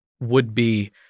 would-be